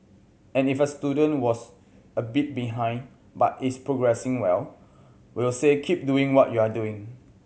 and if a student was a bit behind but is progressing well we'll say keep doing what you're doing